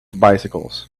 bicycles